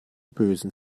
bösen